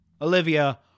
Olivia